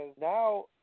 now